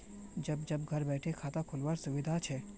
जब जब घर बैठे खाता खोल वार सुविधा छे